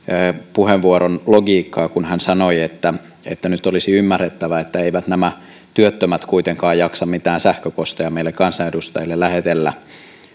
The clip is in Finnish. puheenvuoron logiikkaa kun hän sanoi että että nyt olisi ymmärrettävä että eivät nämä työttömät kuitenkaan jaksa mitään sähköposteja meille kansanedustajille lähetellä